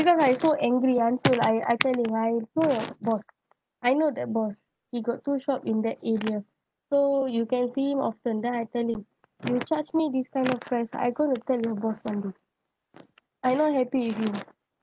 because I so angry until I I tell him I told your boss I know that boss he got two shop in that area so you can see him often then I tell him you charge me this kind of price I gonna tell your boss one day I not happy with you